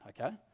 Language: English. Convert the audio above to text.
okay